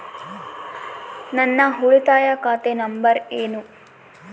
ನನ್ನ ಉಳಿತಾಯ ಖಾತೆ ನಂಬರ್ ಏನು?